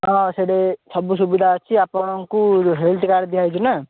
ହଁ ସେଇଠି ସବୁ ସୁବିଧା ଅଛି ଆପଣଙ୍କୁ ହେଲଥ କାର୍ଡ଼ ଦିଆ ହୋଉଛି ନା